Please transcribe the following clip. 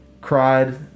cried